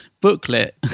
booklet